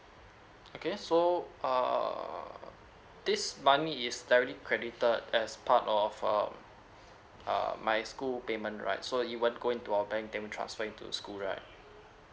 okay so err this money is directly credited as part of um err my school payment right so it won't go into our bank transfer then we transfer into the school right